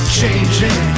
changing